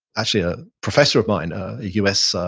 actually a professor of mine, a us